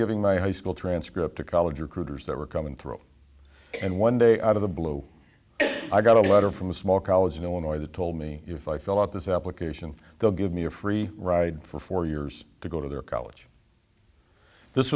giving my high school transcript to college recruiters that were coming through and one day out of the blue i got a letter from a small college in illinois that told me if i fill out this application they'll give me a free ride for four years to go to their college this